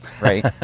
right